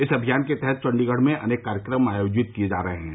इस अभियान के तहत चंडीगढ़ में अनेक कार्यक्रम आयोजित किए जा रहे हैं